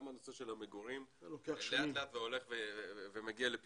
גם הנושא של המגורים מגיע על פתרונו.